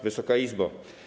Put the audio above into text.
Wysoka Izbo!